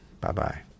Bye-bye